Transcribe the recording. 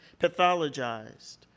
Pathologized